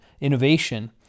innovation